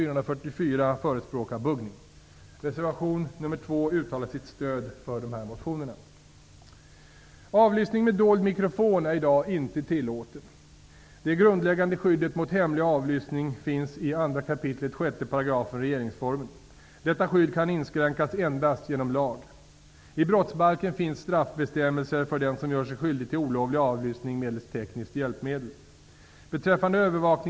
Reservation nr 2 uttalar sitt stöd för dessa motioner. Avlyssning med dold mikrofon är i dag inte tillåten. Det grundläggande skyddet mot hemlig avlyssning finns i 2 kap 6 § regeringsformen. Detta skydd kan inskränkas endast genom lag. I brottsbalken finns straffbestämmelser för den som gör sig skyldig till olovlig avlyssning medelst tekniskt hjälpmedel.